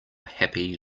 happy